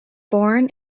born